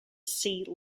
see